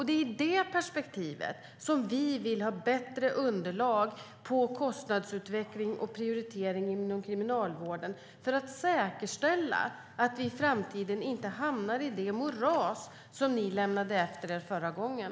Det är i det perspektivet som vi vill ha bättre underlag om kostnadsutveckling och prioriteringar inom kriminalvården för att säkerställa att vi i framtiden inte hamnar i det moras som ni lämnade efter er förra gången.